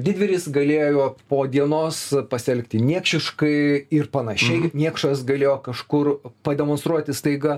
didvyris galėjo po dienos pasielgti niekšiškai ir panašiai niekšas galėjo kažkur pademonstruoti staiga